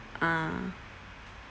ah